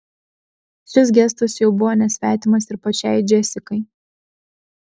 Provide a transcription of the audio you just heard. šis gestas jau buvo nesvetimas ir pačiai džesikai